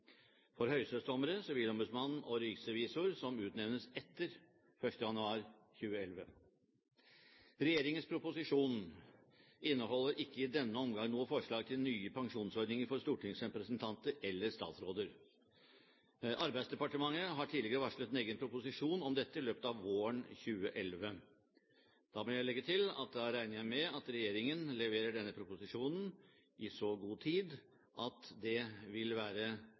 for høyesterettsdommere, sivilombudsmannen og riksrevisor som utnevnes etter 1. januar 2011. Regjeringens proposisjon inneholder ikke i denne omgang noe forslag til nye pensjonsordninger for stortingsrepresentanter eller statsråder. Arbeidsdepartementet har tidligere varslet en egen proposisjon om dette i løpet av våren 2011. Jeg må legge til at jeg da regner med at regjeringen leverer denne proposisjonen i så god tid at det vil være